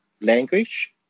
language